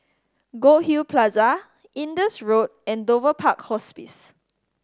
Goldhill Plaza Indus Road and Dover Park Hospice